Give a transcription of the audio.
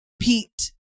pete